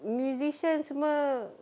musician semua